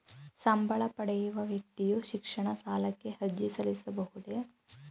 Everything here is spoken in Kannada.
ಸಂಬಳ ಪಡೆಯುವ ವ್ಯಕ್ತಿಯು ಶಿಕ್ಷಣ ಸಾಲಕ್ಕೆ ಅರ್ಜಿ ಸಲ್ಲಿಸಬಹುದೇ?